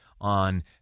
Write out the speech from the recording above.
on